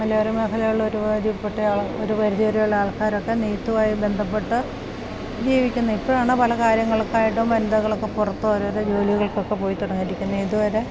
മലയോരമേഖലകളിൽ ഒരുമാതിരിപ്പെട്ട ഒരു പരിധിവരെയുള്ള ആൾക്കാരൊക്കെ നെയ്യ്ത്തുവായി ബന്ധപ്പെട്ട ജീവിക്കുന്ന ഇപ്പഴാണ് പല കാര്യങ്ങൾക്കായിട്ടും ബന്ധങ്ങളൊക്കെ പുറത്ത് ഓരോരോ ജോലികൾക്കൊക്കെ പോയി തുടങ്ങിയിരിക്കുന്നത് ഇതുവരെ